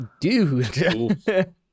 dude